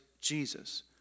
Jesus